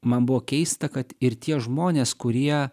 man buvo keista kad ir tie žmonės kurie